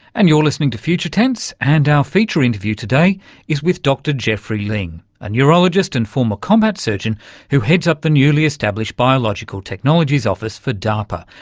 and you're listening to future tense and our feature interview today is with dr geoffrey ling, a neurologist and former combat surgeon who heads up the newly established biological technologies office for darpa,